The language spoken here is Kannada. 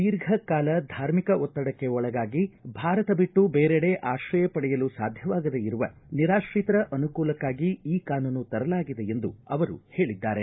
ದೀರ್ಘಕಾಲ ಧಾರ್ಮಿಕ ಒತ್ತಡಕ್ಕೆ ಒಳಗಾಗಿ ಭಾರತ ಬಿಟ್ಟು ಬೇರೆಡೆ ಆಶ್ರಯ ಪಡೆಯಲು ಸಾಧ್ಯವಾಗದೇ ಇರುವ ನಿರಾಶ್ರಿತರ ಅನುಕೂಲಕ್ಕಾಗಿ ಈ ಕಾನೂನು ತರಲಾಗಿದೆ ಎಂದು ಅವರು ಹೇಳಿದ್ದಾರೆ